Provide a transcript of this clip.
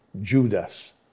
Judas